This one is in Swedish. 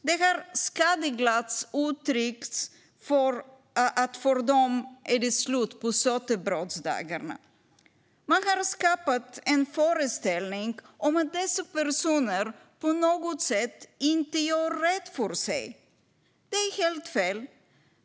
Det har skadeglatt uttryckts att det är slut på sötebrödsdagarna för dem. Man har skapat en föreställning om att dessa personer på något sätt inte gör rätt för sig. Det är helt fel.